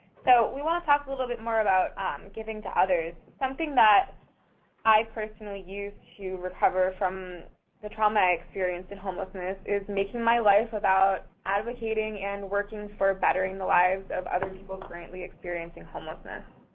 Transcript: we wanna talk a little bit more about um giving to others. something that i personally used to recover from the trauma experience in homelessness is making my life about advocating and working for bettering the lives of other people currently experiencing homelessness.